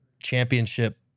championship